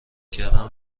کردن